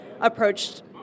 approached